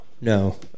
no